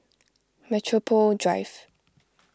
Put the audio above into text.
Metropole Drive